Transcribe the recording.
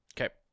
Okay